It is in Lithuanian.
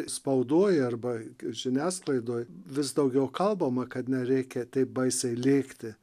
spaudoj arba žiniasklaidoj vis daugiau kalbama kad nereikia taip baisiai lėkti